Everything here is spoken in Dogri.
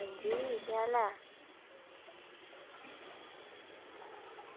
अंजी केह् हाल ऐ